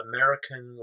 American